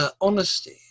honesty